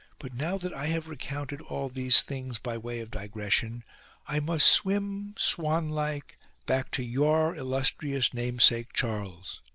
but now that i have recounted all these things by way of digression i must swim swan-like back to your illustrious namesake charles.